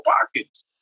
pockets